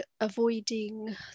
avoiding